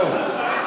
זהו.